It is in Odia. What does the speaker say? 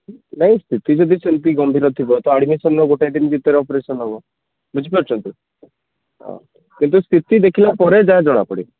ନାଇଁ ସ୍ଥିତି ଯଦି ସେମିତି ଗମ୍ଭୀର ଥିବ ତ ଆଡମିସନର ଗୋଟେ ଦିନ ଭିତରେ ଅପେରସନ ହେବ ବୁଝିପାରୁଛନ୍ତି କିନ୍ତୁ ସ୍ଥିତି ଦେଖିଲା ପରେ ଯାହା ଜଣାପଡ଼ିବ